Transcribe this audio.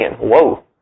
whoa